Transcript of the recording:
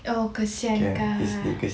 oh kesian kan